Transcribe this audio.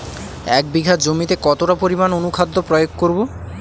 এক বিঘা জমিতে কতটা পরিমাণ অনুখাদ্য প্রয়োগ করব?